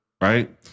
right